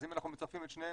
אז אם אנחנו מצרפים את שניהם,